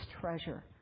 treasure